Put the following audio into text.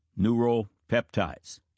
neuropeptides